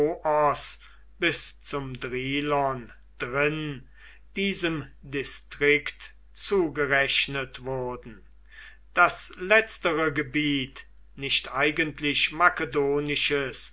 bis zum drilon drin diesem distrikt zugerechnet wurden das letztere gebiet nicht eigentlich makedonisches